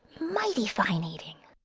mighty fine eating!